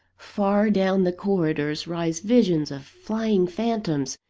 far down the corridors rise visions of flying phantoms,